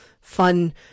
fun